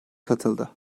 katıldı